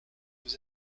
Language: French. vous